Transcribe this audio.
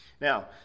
Now